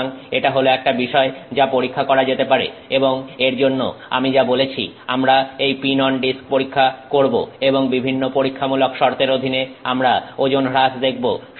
সুতরাং এটা হল একটা বিষয় যা পরীক্ষা করা যেতে পারে এবং এর জন্য আমি যা বলেছি আমরা এই পিন অন ডিস্ক পরীক্ষা করব এবং বিভিন্ন পরীক্ষামূলক শর্তের অধীনে আমরা ওজন হ্রাস দেখব